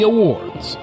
Awards